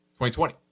2020